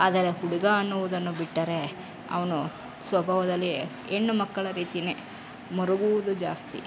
ಆದರೆ ಹುಡುಗ ಅನ್ನುವುದನ್ನು ಬಿಟ್ಟರೆ ಅವನು ಸ್ವಭಾವದಲ್ಲಿ ಹೆಣ್ಣು ಮಕ್ಕಳ ರೀತಿಯೇ ಮರುಗುವುದು ಜಾಸ್ತಿ